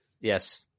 Yes